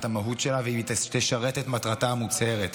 המהות שלה ואם היא תשרת את מטרתה המוצהרת,